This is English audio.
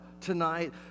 tonight